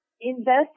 invest